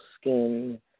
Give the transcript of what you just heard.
skin